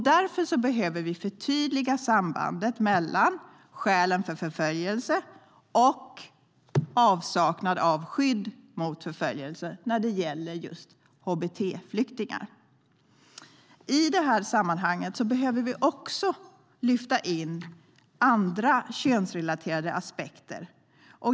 Därför behöver vi förtydliga sambandet mellan skälen för förföljelse och avsaknaden av skydd mot förföljelser när det gäller just hbt-flyktingar. Det tredje är att vi i det här sammanhanget behöver lyfta in också andra könsrelaterade aspekter.